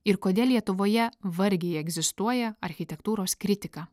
ir kodėl lietuvoje vargiai egzistuoja architektūros kritika